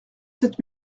cette